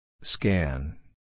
Scan